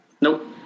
Nope